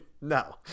No